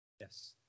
yes